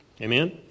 Amen